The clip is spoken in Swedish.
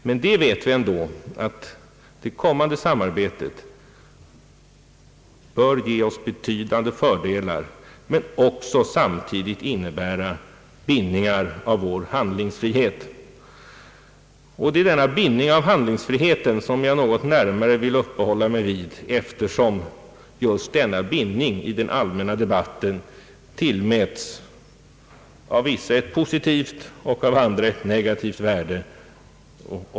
Men det vet vi, att det kommande samarbetet bör ge oss betydande fördelar men också samtidigt kommer att innebära betydande bindningar av vår handlingsfrihet. Jag vill något närmare uppehålla mig vid denna bindning av handlingsfriheten, eftersom den i den allmänna debatten tillmäts av vissa ett positivt och av andra ett negativt värde.